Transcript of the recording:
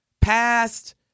past